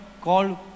called